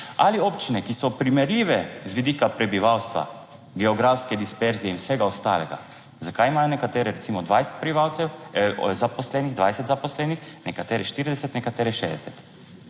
ali občine, ki so primerljive z vidika prebivalstva, geografske disperzije in vsega ostalega, zakaj imajo nekatere recimo 20 prebivalcev zaposlenih, 20